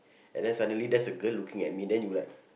and then suddenly there's a girl looking at me then you like